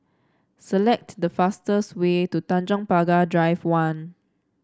select the fastest way to Tanjong Pagar Drive One